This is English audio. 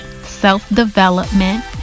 self-development